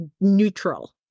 neutral